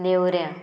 नेवऱ्यां